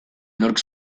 nork